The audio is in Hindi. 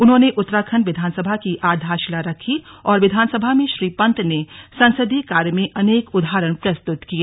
उन्होंने उत्तराखंड विधानसभा की आधारशिला रखी और विधानसभा में श्री पंत ने संसदीय कार्य में अनेक उदाहरण प्रस्तुत किए